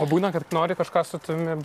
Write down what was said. o būna kad nori kažką su tavimi